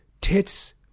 Tits